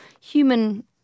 human